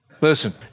Listen